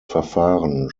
verfahren